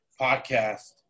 podcast